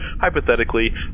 hypothetically